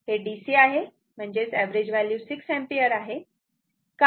हे DC आहे म्हणजेच एव्हरेज व्हॅल्यू 6 एम्पिअर आहे